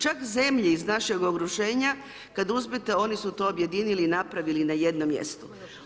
Čak zemlje iz našeg okruženja, kad uzmete, oni su to objedinili i napravili na jednom mjestu.